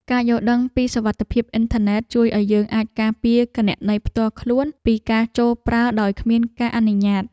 ការយល់ដឹងពីសុវត្ថិភាពអ៊ិនធឺណិត ជួយឱ្យយើងអាចការពារគណនីផ្ទាល់ខ្លួនពីការចូលប្រើដោយគ្មានការអនុញ្ញាត